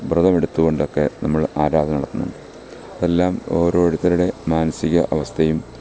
വ്രതമെടുത്ത് കൊണ്ടൊക്കെ നമ്മള് ആരാധന നടത്തുന്നുണ്ട് അതെല്ലാം ഓരോരുത്തരുടെ മാനസിക അവസ്ഥയും